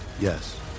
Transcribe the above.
Yes